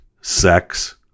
sex